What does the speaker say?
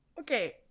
Okay